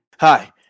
hi